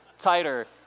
tighter